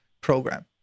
program